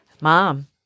mom